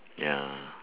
ya